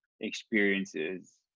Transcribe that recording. experiences